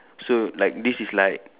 so like this is like